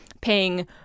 paying